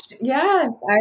yes